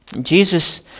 Jesus